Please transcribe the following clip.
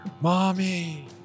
Mommy